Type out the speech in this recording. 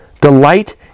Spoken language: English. delight